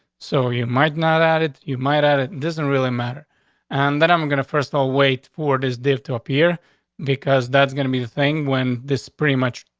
so you might not at it, you might add, it doesn't really matter on and that. i'm gonna first all wait for this dave to appear because that's gonna be the thing when this pretty much.